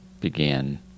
began